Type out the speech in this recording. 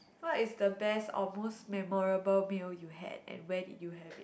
what is the best or most memorable meal you had and where did you have it